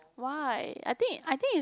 why I think I think it's